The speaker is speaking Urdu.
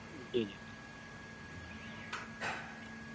ٹھیک ہے